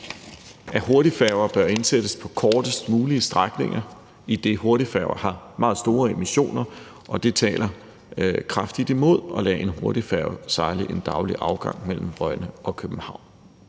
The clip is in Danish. at hurtigfærger bør indsættes på kortest mulige strækninger, idet hurtigfærger har meget store emissioner, og det taler kraftigt imod at lade en hurtigfærge sejle en daglig afgang mellem Rønne og København.